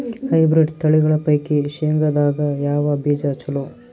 Hybrid ತಳಿಗಳ ಪೈಕಿ ಶೇಂಗದಾಗ ಯಾವ ಬೀಜ ಚಲೋ?